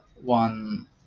one